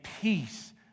peace